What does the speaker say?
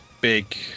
big